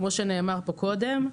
כמו שנאמר פה קודם.